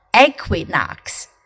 Equinox